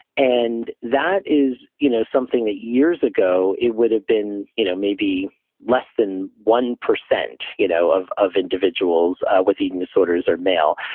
and that is you know something that years ago, it would have been you know maybe less than one percent you know of of individuals with eating disorders are male.